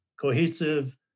cohesive